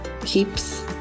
keeps